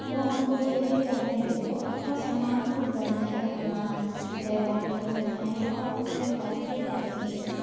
वह हमको यह देगा नहीं वह अपना सम्मान ख़ुद बनाए अपना व्यवहार ख़ुद बनाए और अपने रास्ते पर चलने की